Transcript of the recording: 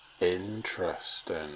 Interesting